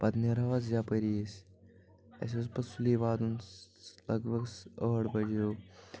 پتہٕ نیرٕ ہاو حظ یپأری أسۍ اَسہِ اوس پتہٕ سُلی واتُن لگ بگ أٹھ بجے ہیوٗ